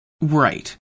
Right